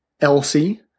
Elsie